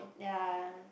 ya